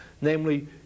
Namely